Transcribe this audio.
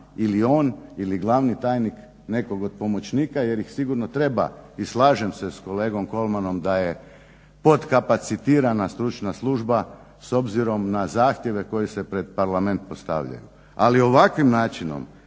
ili on ili glavni tajnik nekog od pomoćnika jer ih sigurno treba i slažem se s kolegom Kolmanom da je podkapacitirana stručna služba s obzirom na zahtjeve koji se pred Parlament postavljaju. Ali ovakvim načinom